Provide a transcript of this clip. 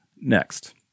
next